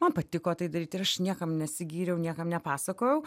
man patiko tai daryt ir aš niekam nesigyriau niekam nepasakojau